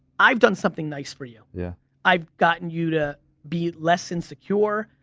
i've done something nice for you. yeah i've gotten you to be less insecure.